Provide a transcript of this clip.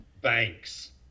Banks